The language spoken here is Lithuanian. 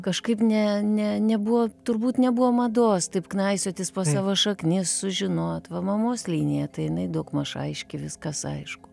kažkaip ne ne nebuvo turbūt nebuvo mados taip knaisiotis po savo šaknis sužinot va mamos linija tai jinai daugmaž aiški viskas aišku